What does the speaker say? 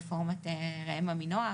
רפורמת ראם עמינח,